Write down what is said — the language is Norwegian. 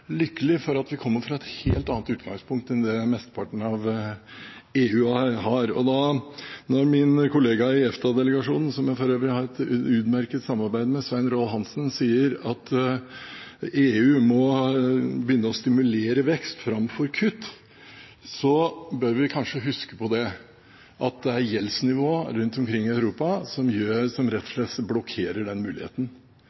et helt annet utgangspunkt enn det mesteparten av EU har, og når min kollega i EFTA-delegasjonen, som jeg for øvrig har et utmerket samarbeid med, Svein Roald Hansen, sier at EU må begynne å «stimulere vekst framfor nye kutt», bør vi kanskje huske på at det er gjeldsnivået rundt omkring i Europa som rett og slett blokkerer den muligheten.